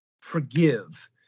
forgive